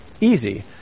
Easy